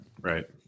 Right